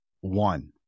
one